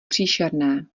příšerné